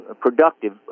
Productive